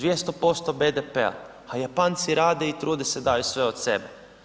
200% BDP-a, a Japanci rade i trude se i daju sve od sebe.